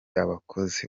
abakozi